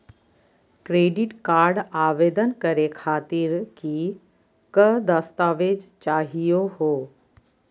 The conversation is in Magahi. क्रेडिट कार्ड आवेदन करे खातीर कि क दस्तावेज चाहीयो हो?